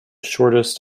shortest